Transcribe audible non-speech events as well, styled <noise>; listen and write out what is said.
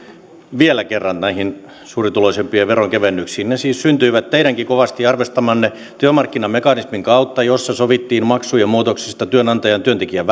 vielä kerran näihin suurituloisimpien veronkevennyksiin ne siis syntyivät teidänkin kovasti arvostamanne työmarkkinamekanismin kautta jossa sovittiin maksujen muutoksista työnantajan ja työntekijän <unintelligible>